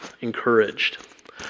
encouraged